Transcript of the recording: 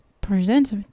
present